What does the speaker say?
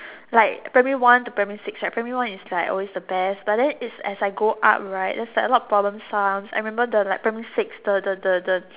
like primary one to primary six right primary one is like always the best but then is as I go up right there's like a lot of problem sums I remember the like primary six the the the the